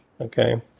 okay